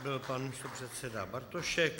To byl pan předseda Bartošek.